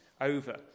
over